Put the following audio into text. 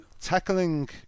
Tackling